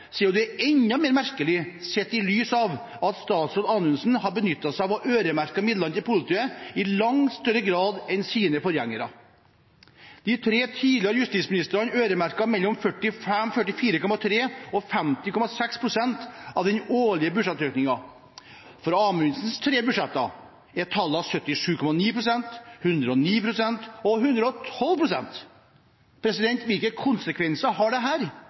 det gjør det enda merkeligere sett i lys av at statsråd Anundsen har benyttet seg av å øremerke midlene til politiet i langt større grad enn sine forgjengere. De tre tidligere justisministrene øremerket mellom 44,3 og 50,6 pst. av den årlige budsjettøkningen. For Anundsens tre budsjett er tallene 77,9 pst., 109 pst. og 112 pst. Hvilke konsekvenser har dette? Jo, det